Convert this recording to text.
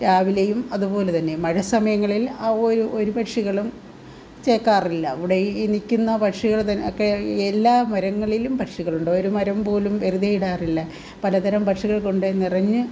രാവിലെയും അതുപോലെതന്നെ മഴസമയങ്ങളിൽ ഒരു ഒരു പക്ഷികളും ചെക്കാറില്ല ഇവിടെ ഈ നിൽക്കുന്ന പക്ഷികളതും ഒക്കെ എല്ലാ മരങ്ങളിലും പക്ഷികളുണ്ട് ഒരു മരം പോലും വെറുതെയിടാറില്ല പലതരം പക്ഷികൾ കൊണ്ടു നിറഞ്ഞ്